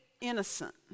innocent